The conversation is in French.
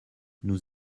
nous